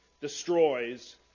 destroys